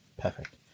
Perfect